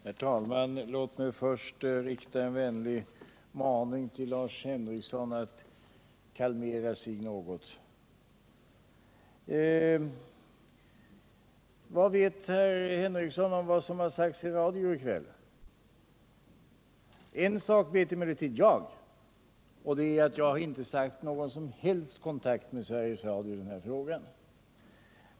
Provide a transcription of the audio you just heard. Herr talman! Låt mig först rikta en vänlig maning till Lars Henrikson att kalmera sig något. Vad vet Lars Henrikson om vad som har sagts i radio i kväll? En sak vet emellertid jag, och det är att jag inte har haft någon som helst kontakt med Sveriges Radio i den här frågan.